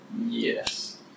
Yes